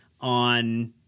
on